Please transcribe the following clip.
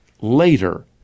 later